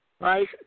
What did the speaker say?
right